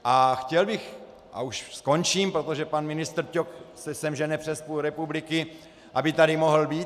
A chtěl bych a už skončím, protože pan ministr Ťok se sem žene přes půl republiky, aby tady mohl být.